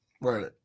Right